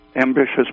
ambitious